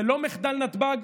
זה לא מחדל נתב"ג.